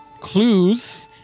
clues